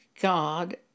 God